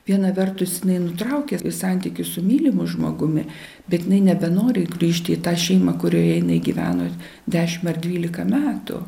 viena vertus jinai nutraukė santykius su mylimu žmogumi bet jinai nebenori grįžti į tą šeimą kurioje jinai gyveno dešimt ar dvylika metų